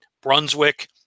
Brunswick